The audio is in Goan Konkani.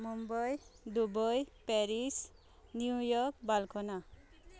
Mumbai Dubai Paris New York Barcelona